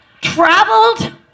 Traveled